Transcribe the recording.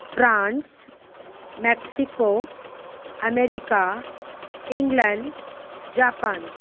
France Mexico America England Japan